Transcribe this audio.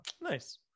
nice